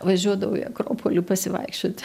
važiuodavau į akropolį pasivaikščiot